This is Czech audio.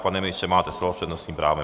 Pane ministře, máte slovo s přednostním právem.